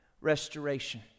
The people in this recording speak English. restoration